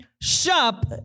Shop